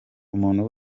umuntu